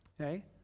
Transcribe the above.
Okay